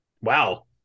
Wow